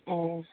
ও